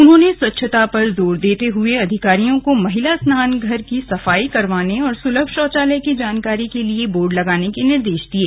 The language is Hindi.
उन्होंने स्वच्छता पर जोर देते हुए अधिकारियों को महिला स्नानघर की सफाई करवाने और सुलभ शौचालय की जानकारी के लिए बोर्ड लगाने के निर्देश दिये